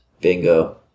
Bingo